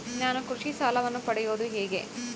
ನಾನು ಕೃಷಿ ಸಾಲವನ್ನು ಪಡೆಯೋದು ಹೇಗೆ?